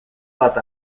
bat